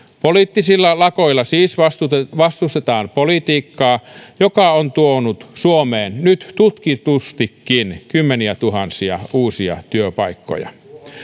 poliittisilla lakoilla siis vastustetaan vastustetaan politiikkaa joka on tuonut suomeen nyt tutkitustikin kymmeniätuhansia uusia työpaikkoja